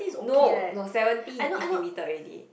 no no seventy is limited already